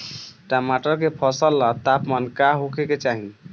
टमाटर के फसल ला तापमान का होखे के चाही?